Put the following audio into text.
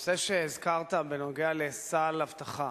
הנושא שהזכרת, בנוגע לסל אבטחה,